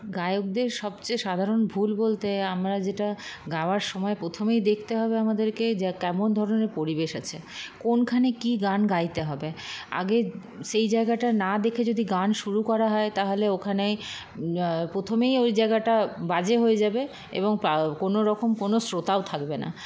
গায়কদের সবচেয়ে সাধারণ ভুল বলতে আমরা যেটা গাওয়ার সময় প্রথমেই দেখতে হবে আমাদেরকে যে কেমন ধরনের পরিবেশ আছে কোনখানে কি গান গাইতে হবে আগে সেই জায়গাটা না দেখে যদি গান শুরু করা হয় তাহলে ওখানেই প্রথমেই ওই জায়গাটা বাজে হয়ে যাবে এবং কোনোরকম কোন শ্রোতাও থাকবে না